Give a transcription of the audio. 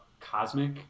cosmic